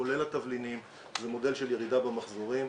כולל התבלינים זה מודל של ירידה במחזורים.